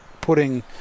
putting